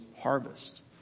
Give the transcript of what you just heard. harvest